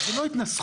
זאת לא התנצחות.